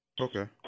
Okay